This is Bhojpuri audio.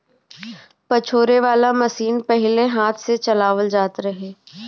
पछोरे वाला मशीन पहिले हाथ से चलावल जात रहे